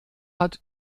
hat